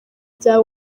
bya